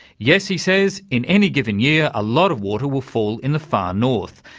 yes, he says, in any given year a lot of water will fall in the far north,